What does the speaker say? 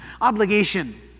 obligation